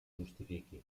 justifique